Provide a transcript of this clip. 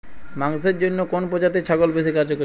মাংসের জন্য কোন প্রজাতির ছাগল বেশি কার্যকরী হবে?